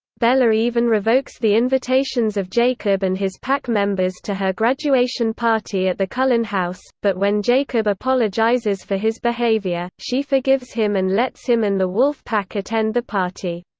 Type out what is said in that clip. bella even revokes the invitations of jacob and his pack members to her graduation party at the cullen house, but when jacob apologizes for his behavior, she forgives him and lets him and the wolf pack attend the party.